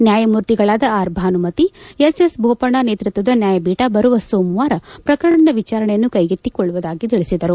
ನ್ಯಾಯಮೂರ್ತಿಗಳಾದ R Bhanumathi S S Bopanna ನೇತೃತ್ವದ ನ್ಯಾಯಪೀಠ ಬರುವ ಸೋಮವಾರ ಪ್ರಕರಣದ ವಿಚಾರಣೆಯನ್ನು ಕೈಗೆತ್ತಿಕೊಳ್ಳುವುದಾಗಿ ತಿಳಿಸಿದರು